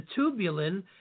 tubulin